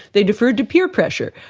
they deferred to peer pressure.